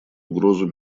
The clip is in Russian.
угрозу